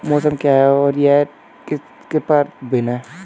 मौसम क्या है यह ऋतु से किस प्रकार भिन्न है?